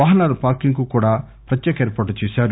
వాహనాల పార్కింగ్ కు కూడా ప్రత్యేక ఏర్పాట్లు చేశారు